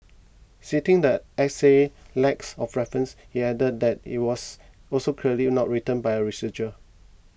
sitting the essay's lacks of references he added that it was also clearly not written by a researcher